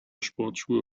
sportschuhe